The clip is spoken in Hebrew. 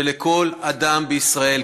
שלכל אדם בישראל,